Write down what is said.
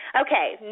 Okay